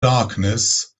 darkness